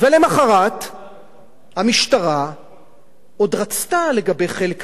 ולמחרת המשטרה עוד רצתה, לגבי חלק מהם,